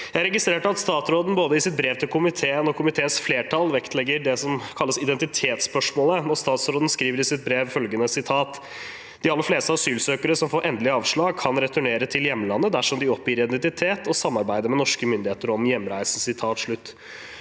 har registrert at statsråden i sitt brev til komiteen og komiteens flertall vektlegger det som kalles identitetsspørsmålet. Statsråden skriver i sitt brev følgende: «De aller fleste asylsøkere som får endelig avslag kan returnere til hjemlandet dersom de oppgir riktig identitet og samarbeider med norske myndigheter om hjemreisen.»